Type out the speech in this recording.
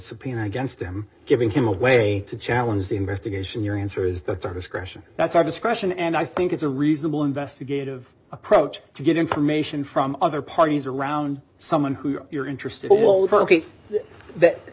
subpoena against him giving him a way to challenge the investigation your answer is that sort of question that's our discretion and i think it's a reasonable investigative approach to get information from other parties around someone who you're interest